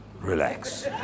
Relax